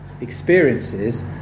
experiences